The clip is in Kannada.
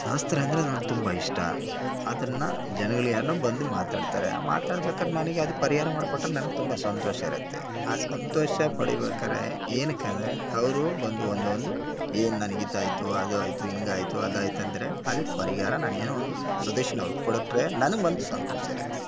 ಶಾಸ್ತ್ರ ಅಂದರೆ ನನ್ಗೆ ತುಂಬ ಇಷ್ಟ ಅದನ್ನು ಜನಗಳು ಯಾರಾನ ಬಂದು ಮಾತಾಡ್ತಾರೆ ಆ ಮಾತಾಡ್ಬೇಕಾರ್ ನನಗೆ ಅದಕ್ಕೆ ಪರಿಹಾರ ಮಾಡ್ಕೊಟ್ರೆ ನನ್ಗೆ ತುಂಬ ಸಂತೋಷ ಇರತ್ತೆ ಆ ಸಂತೋಷ ಪಡಿಬೇಕಾದ್ರೆ ಏನಕ್ಕಂದ್ರೆ ಅವರು ಬಂದು ಒಂದು ಒಂದು ಏನು ನನಗೆ ಇದಾಯಿತು ಅದು ಆಯಿತು ಹೀಗಾಯ್ತು ಅದಾಯ್ತಂದ್ರೆ ಅದ್ಕೆ ಪರಿಹಾರ ನಾನು ಏನೋ ಒಂದು ಸಜೇಶನ್ ಅವ್ರ್ಗೆ ಕೊಟ್ಟರೆ ನನ್ಗೆ ಮನ್ಸು ಸಂತೋಷ ಇರತ್ತೆ